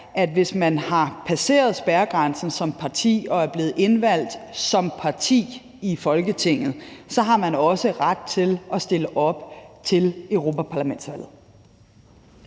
at hvis man har passeret spærregrænsen som parti og er blevet indvalgt som parti i Folketinget, så har man også ret til at stille op til europaparlamentsvalget.